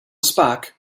spark